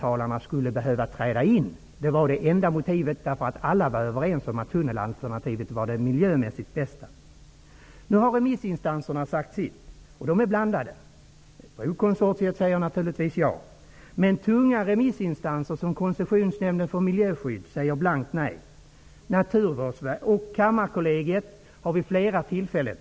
Alla var annars överens om att tunnelalternativet var det miljömässigt bästa. Nu har remissinstanserna sagt sitt, och bedömningarna är blandade. Brodelegationen har naturligtvis sagt ja. Men tunga remissinstanser, som Koncessionsnämnden för miljöskydd, har sagt blankt nej.